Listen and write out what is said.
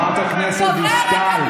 חברת הכנסת דיסטל,